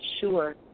sure